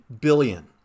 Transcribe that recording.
billion